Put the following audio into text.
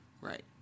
Right